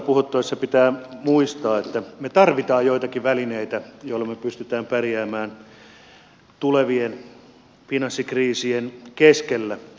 pankkiveroista puhuttaessa pitää muistaa että me tarvitsemme joitakin välineitä joilla me pystymme pärjäämään tulevien finanssikriisien keskellä